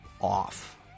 off